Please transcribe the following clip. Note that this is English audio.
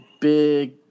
big